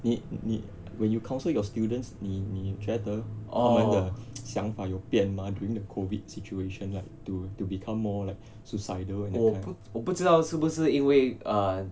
你你 when you counsel your students 你你觉得他们的 想法有变吗 during the COVID situation like to to become more like suicidal and that kind